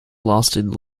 lasted